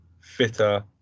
fitter